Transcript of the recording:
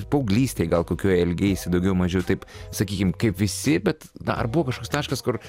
paauglystėje gal kokioj elgeisi daugiau mažiau taip sakykim kaip visi bet dar buvo kažkoks taškas kur